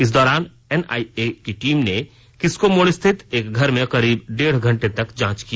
इस दौरान एनआईए की टीम ने किस्को मोड़ स्थित एक घर में करीब डेढ़ घंटे तक जांची की